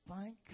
thank